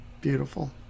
Beautiful